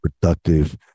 productive